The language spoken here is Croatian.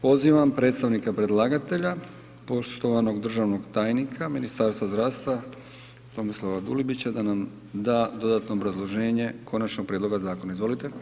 Pozivam predstavnika predlagatelja, poštovanog državnog tajnika, Ministarstva zdravstva, Tomislava Dulibića, da nam da dodatno obrazloženje konačnog prijedloga zakona, izvolite.